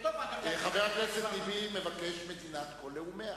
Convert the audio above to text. חבר הכנסת טיבי מבקש מדינת כל לאומיה.